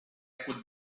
could